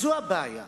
זו הבעיה,